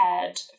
head